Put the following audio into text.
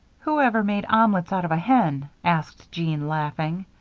who ever made omelets out of a hen? asked jean, laughing.